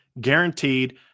guaranteed